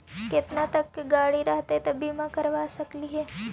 केतना तक के गाड़ी रहतै त बिमा करबा सकली हे?